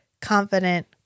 confident